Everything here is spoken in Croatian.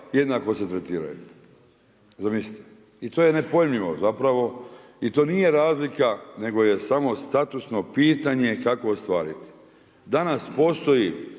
jednako se tretiraju. Zamislite. I to je nepojmljivo zapravo. I to nije razlika nego je samo statusno pitanje kako ostvariti. Danas postoji